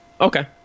Okay